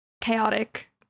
chaotic